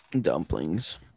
dumplings